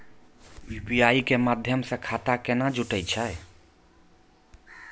UPI के माध्यम से खाता केना जुटैय छै?